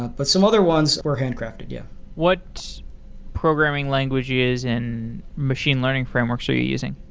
but some other ones were handcrafted, yeah what programming languages and machine learning frameworks are using?